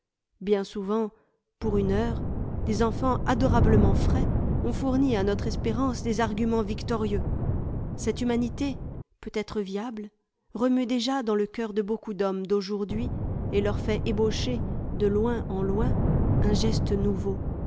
bien souvent pour une heure des enfants adorablement frais ont fourni à notre espérance des arguments victorieux cette humanité peut-être viable remue déjà dans le cœu de beaucoup d'hommes d'aujourd'hui et leur fait ébaucher de loin en loin un geste nouveau